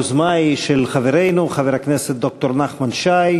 היוזמה היא של חברנו חבר הכנסת ד"ר נחמן שי,